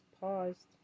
paused